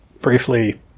briefly